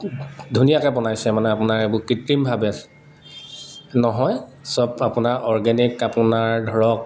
ধুনীয়াকে বনাইছে মানে আপোনাৰ এইবোৰ কৃত্ৰিমভাৱে নহয় চব আপোনাৰ অৰ্গেনিক আপোনাৰ ধৰক